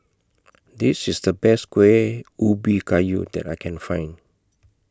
This IS The Best Kuih Ubi Kayu that I Can Find